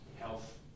health